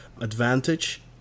advantage